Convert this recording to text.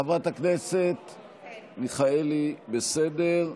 חברת הכנסת מיכאלי, בסדר.